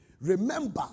Remember